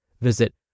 Visit